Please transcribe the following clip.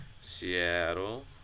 Seattle